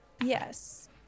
Yes